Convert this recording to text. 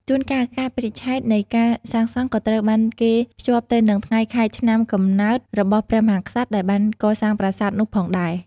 ជួនកាលកាលបរិច្ឆេទនៃការសាងសង់ក៏ត្រូវបានគេភ្ជាប់ទៅនឹងថ្ងៃខែឆ្នាំកំណើតរបស់ព្រះមហាក្សត្រដែលបានកសាងប្រាសាទនោះផងដែរ។